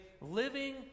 living